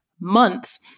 months